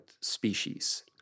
species